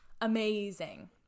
amazing